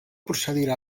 procedirà